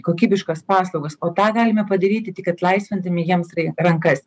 kokybiškas paslaugas o tą galime padaryti tik atlaisvindami jiems rankas